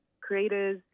creators